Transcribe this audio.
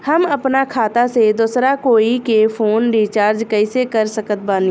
हम अपना खाता से दोसरा कोई के फोन रीचार्ज कइसे कर सकत बानी?